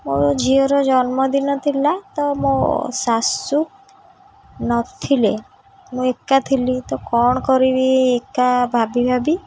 ମୋର ଝିଅର ଜନ୍ମଦିନ ଥିଲା ତ ମୋ ଶାଶୁ ନଥିଲେ ମୁଁ ଏକା ଥିଲି ତ କ'ଣ କରିବି ଏକା ଭାବି ଭାବି